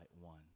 one